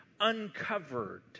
uncovered